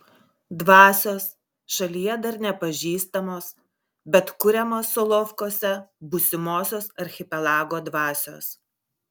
dvasios šalyje dar nepažįstamos bet kuriamos solovkuose būsimosios archipelago dvasios